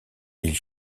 ils